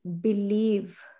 believe